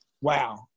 wow